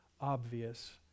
obvious